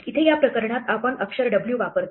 इथे या प्रकरणात आपण अक्षर 'w' वापरतो